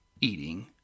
eating